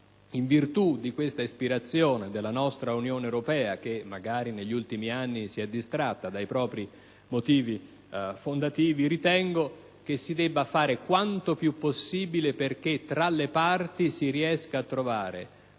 in virtù di questa ispirazione che è alla base dell'Unione europea - che magari negli ultimi anni si è distratta dai propri principi fondativi - credo che si debba fare quanto più possibile perché tra le parti si riesca a trovare